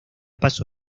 paso